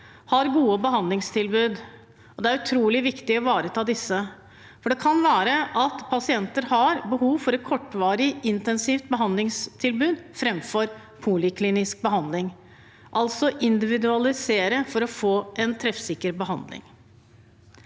har gode behandlingstilbud. Det er utrolig viktig å ivareta disse, for det kan være at pasienter har behov for et kortvarig, intensivt behandlingstilbud framfor poliklinisk behandling – altså å individualisere for å få en treffsikker behandling.